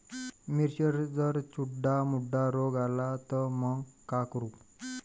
मिर्चीवर जर चुर्डा मुर्डा रोग आला त मंग का करू?